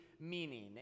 meaning